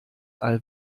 all